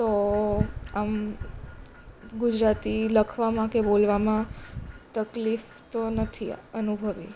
તો આમ ગુજરાતી લખવામાં કે બોલવામાં તકલીફ તો નથી અનુભવી